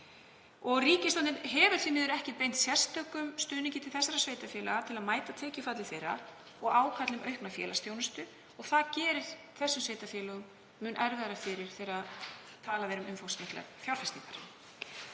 Ríkisstjórnin hefur því miður ekki beint sérstökum stuðningi til þessara sveitarfélaga til að mæta tekjufalli þeirra og ákalli um aukna félagsþjónustu og það gerir þessum sveitarfélögum mun erfiðara fyrir hvað varðar umfangsmiklar fjárfestingar.